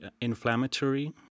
inflammatory